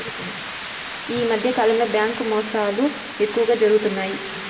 ఈ మధ్యకాలంలో బ్యాంకు మోసాలు ఎక్కువగా జరుగుతున్నాయి